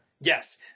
Yes